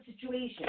situation